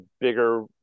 bigger